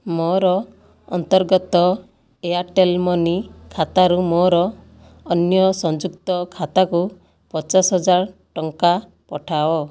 ମୋର ଅନ୍ତର୍ଗତ Airtel money ଖାତାରୁ ମୋର ଅନ୍ୟ ସଂଯୁକ୍ତ ଖାତାକୁ ପଚାଶ ହଜାର ଟଙ୍କା ପଠାଅ